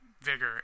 vigor